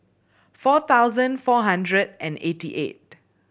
four thousand four hundred and eighty eight